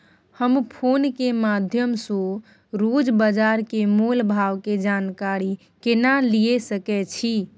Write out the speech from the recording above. हम फोन के माध्यम सो रोज बाजार के मोल भाव के जानकारी केना लिए सके छी?